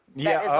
yeah.